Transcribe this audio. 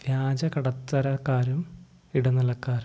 വ്യാജകട ക്കാരും ഇടനിലക്കാരും